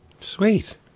Sweet